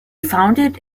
founded